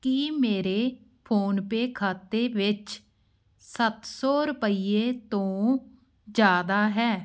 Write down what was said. ਕੀ ਮੇਰੇ ਫੋਨਪੇ ਖਾਤੇ ਵਿੱਚ ਸੱਤ ਸੌ ਰੁਪਈਏ ਤੋਂ ਜ਼ਿਆਦਾ ਹੈ